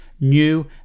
new